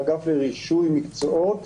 לאגף לרישוי מקצועות,